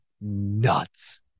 nuts